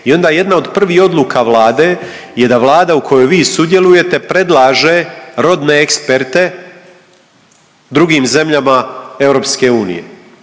i onda jedna od prvih odluka Vlade je da Vlada u kojoj vi sudjelujete predlaže rodne eksperte drugim zemljama EU. Dakle nama